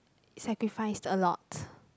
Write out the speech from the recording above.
sacrifice a lot